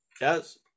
yes